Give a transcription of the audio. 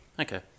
Okay